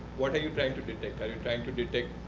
what are you trying to detect? are you trying to detect